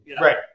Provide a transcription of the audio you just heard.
Right